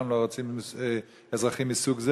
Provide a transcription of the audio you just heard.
שם לא רוצים אזרחים מסוג זה,